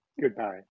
goodbye